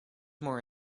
more